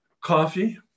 coffee